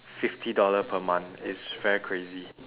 fifty dollar per month is very crazy